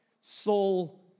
Saul